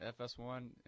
FS1